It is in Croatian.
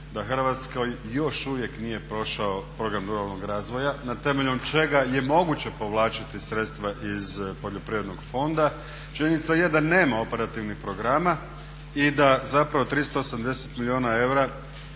Hrvatskoj još uvijek nije prošao program ruralnog razvoja na temelju čega je moguće povlačiti sredstva iz Poljoprivrednog fonda. Činjenica je da nema operativnih programa i da zapravo 380 milijuna eura